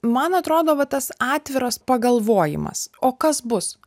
man atrodo va tas atviras pagalvojimas o kas bus